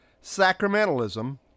sacramentalism